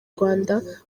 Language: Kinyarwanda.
rwanda